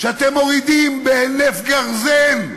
כשאתם מורידים בהינף גרזן,